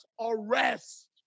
arrest